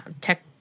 Tech